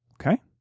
okay